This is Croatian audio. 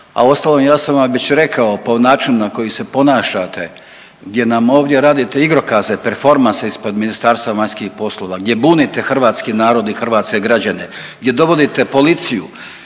a uostalom, ja sam već rekao po načinu na koji se ponašate gdje nam ovdje radite igrokaze, performanse ispred Ministarstva vanjskih poslova gdje bunite hrvatski narod i hrvatske građane, gdje dovodite policiju,